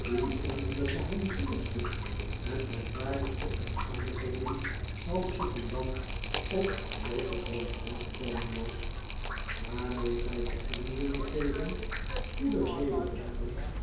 onder de geheimzinnigste en merkwaardigste omstandigheden als secondant op dotheboys hall gekomen was waarmee zij te kennen wilde geven goede reden te hebben